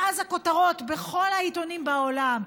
ואז הכותרות בכל העיתונים בעולם,